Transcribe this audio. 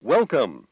Welcome